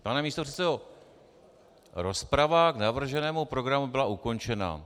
Pane místopředsedo, rozprava k navrženému programu byla ukončena.